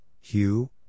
Hugh